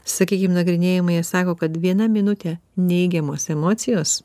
sakykim nagrinėjama jie sako kad viena minutė neigiamos emocijos